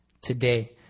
today